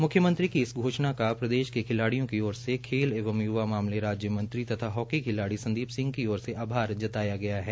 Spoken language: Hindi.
मुख्यमंत्री की इस घोषणा का प्रदेश के खिलाडियों की ओर से खेल एवं य्वा मामले राज्य मंत्री तथा हॉकी सूरमा सरदार संदीप सिंह की ओर से आभार जताया गया है